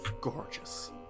gorgeous